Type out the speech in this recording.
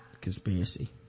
Conspiracy